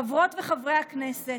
חברות וחברי הכנסת,